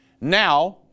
now